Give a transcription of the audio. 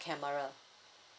camera